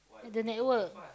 and the network